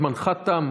זמנך תם.